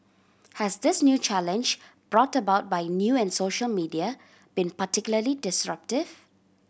has this new challenge brought about by new and social media been particularly disruptive